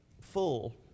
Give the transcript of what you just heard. full